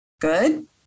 Good